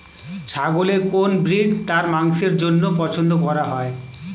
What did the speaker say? ছাগলের কোন ব্রিড তার মাংসের জন্য পছন্দ করা হয়?